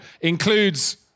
includes